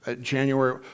January